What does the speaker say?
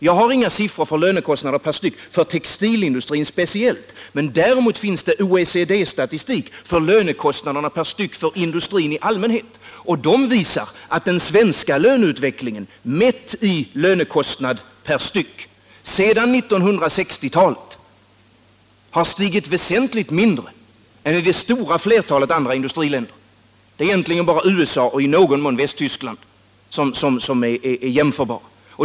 Jag har inga siffror för lönekostnaderna per styck för textilindustrin speciellt, men däremot finns det en OECD-statistik för lönekostnaderna per styck för industrin i allmänhet, och den visar att den svenska löneutvecklingen mätt i lönekostnad per styck sedan 1960-talet har stigit väsentligt mindre än i det stora flertalet andra industriländer. Det är egentligen bara USA och i någon mån Västtyskland som är jämförbara.